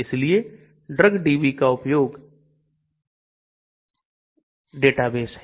इसलिए drugs DB एक उपयोगी डेटाबेस है